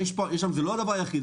זה לא הדבר היחיד,